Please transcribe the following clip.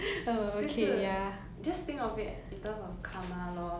like okay I think the question they asking is 你是好